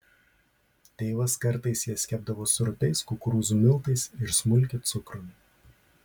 tėvas kartais jas kepdavo su rupiais kukurūzų miltais ir smulkiu cukrumi